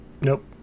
nope